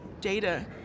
data